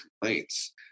complaints